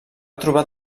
trobar